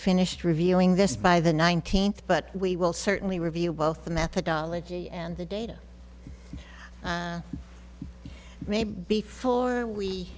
finished reviewing this by the nineteenth but we will certainly review both the methodology and the data maybe before we